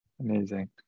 Amazing